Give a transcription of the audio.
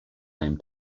name